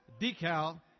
decal